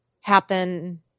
happen